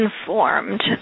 informed